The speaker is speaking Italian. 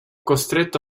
costretto